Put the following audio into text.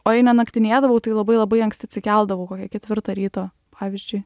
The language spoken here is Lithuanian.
o jei nenaktinėdavau tai labai labai anksti atsikeldavau kokią ketvirtą ryto pavyzdžiui